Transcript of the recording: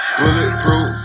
bulletproof